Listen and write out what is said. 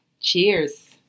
Cheers